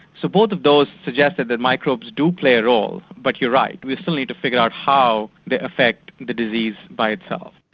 so both of those suggest that the microbes do play a role. but you're right, we still need to figure out how they affect the disease by itself.